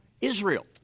Israel